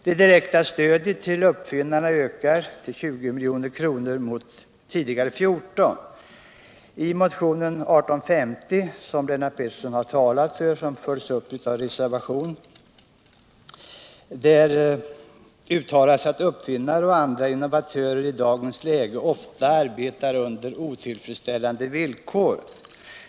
Det direkta stödet till uppfinnarna ökar till 20 milj.kr. mot tidigare 14. I motionen 1850, som Lennart Pettersson har talat för och som följs upp i reservation, uttalas att uppfinnare och andra innovatörer i dagens läge ofta arbetar under otillfredsställande villkor.